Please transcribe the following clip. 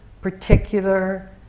particular